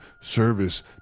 service